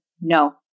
no